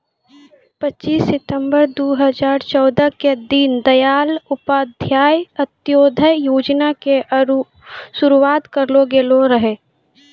पच्चीस सितंबर दू हजार चौदह के दीन दयाल उपाध्याय अंत्योदय योजना के शुरुआत करलो गेलो रहै